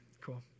Cool